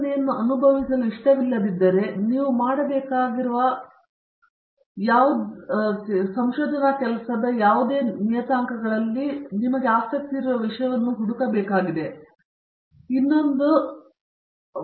ನೀವು ಅದನ್ನು ಅನುಭವಿಸಲು ಇಷ್ಟವಿಲ್ಲದಿದ್ದರೆ ನೀವು ಮಾಡಬೇಕಾಗಿರುವ ಯಾವುದನ್ನಾದರೂ ನಿಯತಾಂಕಗಳಲ್ಲಿ ಹುಡುಕಬೇಕಾಗಿದೆ ಎಂದು ನೀವು ತಿಳಿದುಕೊಳ್ಳಬೇಕು ಇದು ಒಂದಾಗಿದೆ